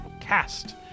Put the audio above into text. Cast